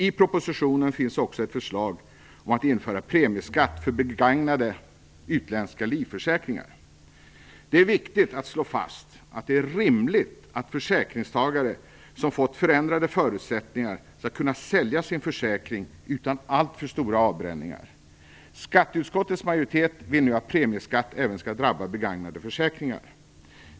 I propositionen finns också ett förslag om att införa premieskatt för begagnade utländska livförsäkringar. Det är viktigt att slå fast att det är rimligt att försäkringstagare som fått förändrade förutsättningar skall kunna sälja sin försäkring utan alltför stora avbränningar. Skatteutskottets majoritet vill nu att premieskatt även skall drabba begagnade försäkringar.